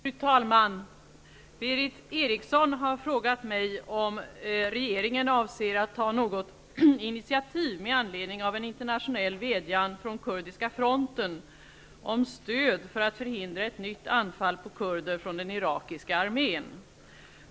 Fru talman! Berith Eriksson har frågat mig om regeringen avser att ta något initiativ med anledning av en internationell vädjan från kurdiska fronten om stöd för att förhindra ett nytt anfall på kurder från den irakiska armén.